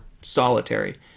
solitary